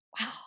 Wow